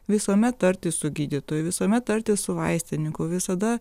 visuomet tartis su gydytoju visuomet tartis su vaistininku visada